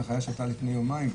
אבל זו הנחיה שהייתה מלפני יומיים.